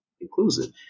inclusive